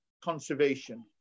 conservation